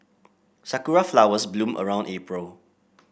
sakura flowers bloom around April